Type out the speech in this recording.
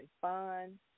fun